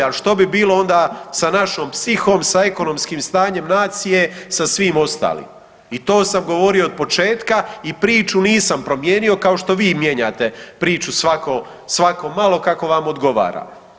Al što bi bilo onda sa našom psihom, sa ekonomskim stanjem nacije, sa svim ostalim i to sam govorio od početka i priču nisam promijenio kao što vi mijenjate priču svako malo kako vam odgovara.